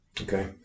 Okay